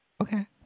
Okay